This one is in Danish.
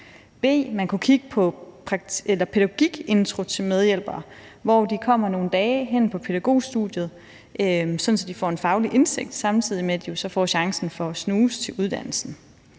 at man kunne kigge på en pædagogikintro til medhjælpere, hvor de nogle dage kommer hen på pædagogstudiet, så de får en faglig indsigt, samtidig med at de får chancen for at snuse til uddannelsen;